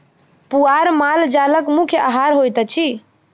पुआर माल जालक मुख्य आहार होइत अछि